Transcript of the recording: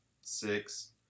six